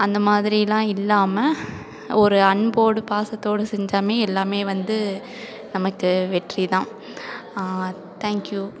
அந்த மாதிரிலாம் இல்லாமல் ஒரு அன்போடு பாசத்தோடு செஞ்சாமே எல்லாமே வந்து நமக்கு வெற்றி தான் தேங்க்யூ